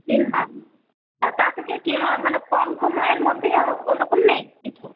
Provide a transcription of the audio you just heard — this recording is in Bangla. তিন মাস ও তা থেকে মানে কম সময়ের মধ্যে ওরকম নেই কিছু